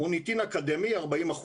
מוניטין אקדמי 40%,